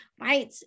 right